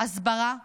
הסברה ותודעה.